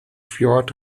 fjord